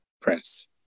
Press